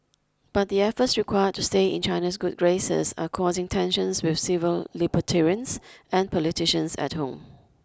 but the efforts required to stay in China's good graces are causing tensions with civil libertarians and politicians at home